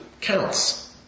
counts